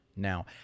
now